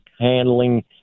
handling